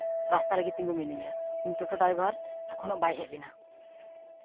ᱨᱟᱥᱛᱟ ᱨᱮᱜᱮ ᱛᱤᱸᱜᱩ ᱢᱤᱱᱟᱹᱧᱟ ᱩᱱᱤ ᱴᱳᱴᱳ ᱰᱨᱟᱭᱵᱷᱟᱨ ᱮᱠᱷᱚᱱᱳ ᱵᱟᱭ ᱦᱮᱡ ᱞᱮᱱᱟ